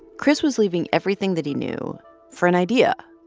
chris was leaving everything that he knew for an idea.